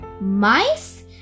mice